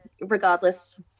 regardless